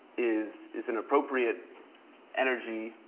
is is an appropriate energy